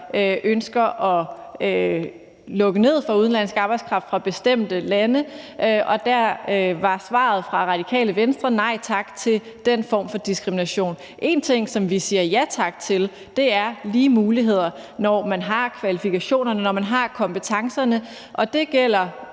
ønsker at lukke ned for udenlandsk arbejdskraft fra bestemte lande, og der var svaret fra Radikale Venstre: Nej tak til den form for diskrimination. En ting, som vi siger ja tak til, er lige muligheder, når man har kvalifikationerne og kompetencerne – det gælder